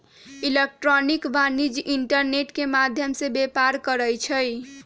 electronic वाणिज्य internet के माध्यम से व्यापार करइ छै